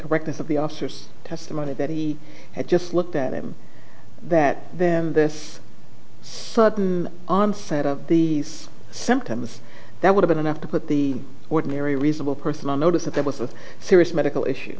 correctness of the officers testimony that he had just looked at him that them this sudden onset of the symptoms that would've been enough to put the ordinary reasonable person on notice that there was a serious medical issue